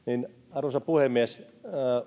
arvoisa puhemies